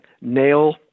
Nail